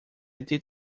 did